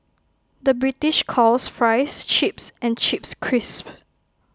the British calls Fries Chips and chips crisp